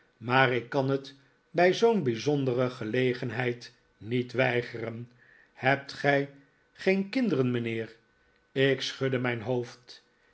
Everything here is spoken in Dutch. maar ik kan het bij zoo'n bijzondere gelegenheid niet weigeren hebt gij geen kinderen mijnheer ik schudde miin hoofd